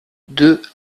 deux